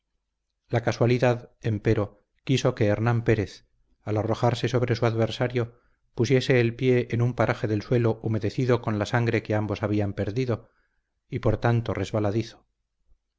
la casualidad empero quiso que hernán pérez al arrojarse sobre su adversario pusiese el pie en un paraje del suelo humedecido con la sangre que ambos habían perdido y por tanto resbaladizo